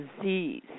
disease